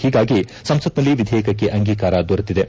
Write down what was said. ಹೀಗಾಗಿ ಸಂಸತ್ನಲ್ಲಿ ವಿಧೇಯಕಕ್ಕೆ ಅಂಗೀಕಾರ ದೊರೆತಿದೆ